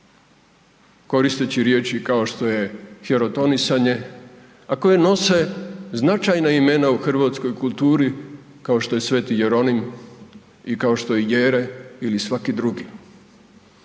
koristeći riječi kao što je hirotonisanjem a koje nose značajna imena u hrvatskoj kulturi kao što je Sv.Jeronim i kao što je Jere ili svaki drugi